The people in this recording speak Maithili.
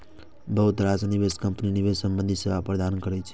बहुत रास निवेश कंपनी निवेश संबंधी सेवा प्रदान करै छै